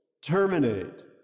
terminate